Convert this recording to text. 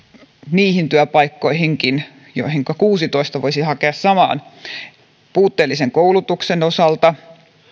niihin työpaikkoihinkin joihin kuusitoista voisi hakea samaan puutteellisen koulutuksen osalta